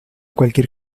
cualquier